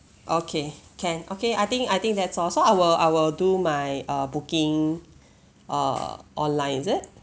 okay can okay I think I think that's all so I will I will do my uh booking uh online is it